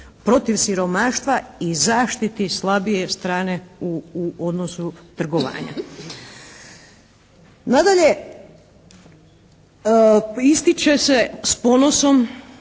protiv siromaštva i zaštiti slabije strane u odnosu trgovanja. Nadalje, ističe se s ponosom